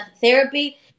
therapy